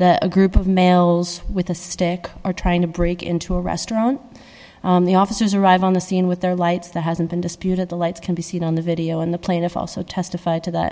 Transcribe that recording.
a group of males with a stick are trying to break into a restaurant the officers arrive on the scene with their lights that hasn't been disputed the lights can be seen on the video in the plain of also testified to that